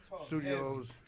studios